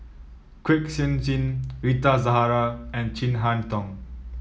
Kwek Siew Jin Rita Zahara and Chin Harn Tong